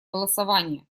голосования